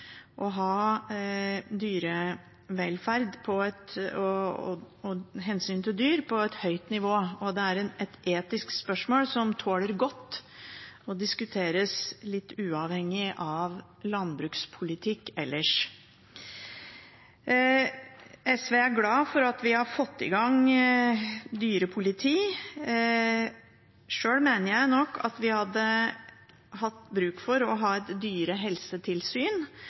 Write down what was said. å ha dyrevelferd og hensyn til dyr på et høyt nivå. Det er et etisk spørsmål som godt tåler å diskuteres litt uavhengig av landbrukspolitikk ellers. SV er glad for at vi har fått i gang et dyrepoliti. Sjøl mener jeg at vi hadde hatt bruk for å ha et